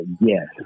Yes